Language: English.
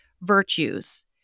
virtues